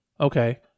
Okay